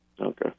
Okay